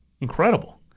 Incredible